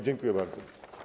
Dziękuję bardzo.